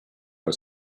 are